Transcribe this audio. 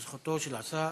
זו זכותו של השר.